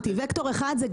האוכלוסייה?